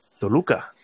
Toluca